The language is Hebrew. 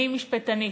אני משפטנית,